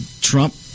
Trump